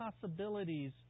possibilities